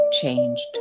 changed